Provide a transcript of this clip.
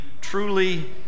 truly